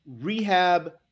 rehab